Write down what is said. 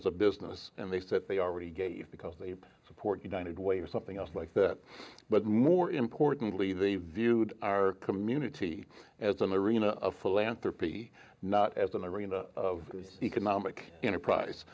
as a business and they said they already gave because they support united way or something else like that but more importantly the viewed our community as an arena of philanthropy not as an arena of economic enterprise